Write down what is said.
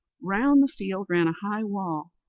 round the field ran a high wall,